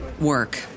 work